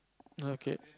okay